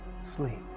Sleep